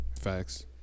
Facts